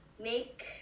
make